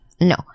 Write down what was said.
no